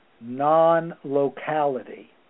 non-locality